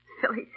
Silly